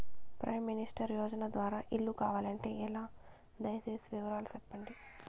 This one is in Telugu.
ప్రైమ్ మినిస్టర్ యోజన ద్వారా ఇల్లు కావాలంటే ఎలా? దయ సేసి వివరాలు సెప్పండి?